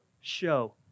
show